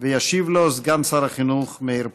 וישיב לו סגן שר החינוך מאיר פרוש.